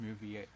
movie